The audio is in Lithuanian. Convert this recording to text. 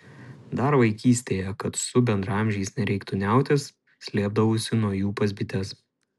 dar vaikystėje kad su bendraamžiais nereiktų niautis slėpdavausi nuo jų pas bites